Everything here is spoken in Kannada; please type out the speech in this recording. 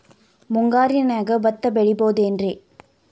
ಮುಂಗಾರಿನ್ಯಾಗ ಭತ್ತ ಬೆಳಿಬೊದೇನ್ರೇ?